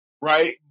right